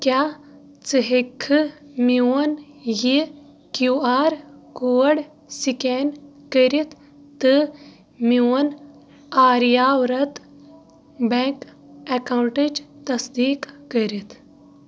کیٛاہ ژٕ ہٮ۪ککھٕ میٛون یہِ کیٛوٗ آر کوڈ سِکین کٔرِتھ تہٕ میٛون آریا ورٛت بیٚنٛک اَکاونٹٕچ تصدیٖق کٔرِتھ